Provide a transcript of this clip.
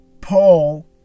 Paul